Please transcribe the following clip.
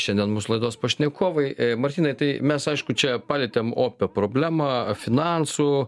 šiandien mūsų laidos pašnekovai e martynai tai mes aišku čia palietėm opią problemą finansų